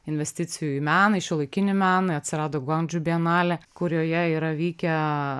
investicijų į meną į šiuolaikinį meną atsirado goan džu bienalė kurioje yra vykę